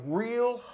real